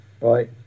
right